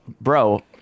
bro